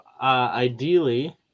ideally